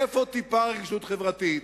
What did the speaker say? איפה טיפה רגישות חברתית?